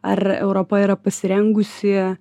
ar europa yra pasirengusi